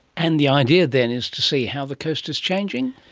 and the idea then is to see how the coast is changing?